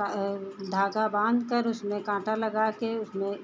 धागा बाँधकर उसमें काँटा लगाकर उसमें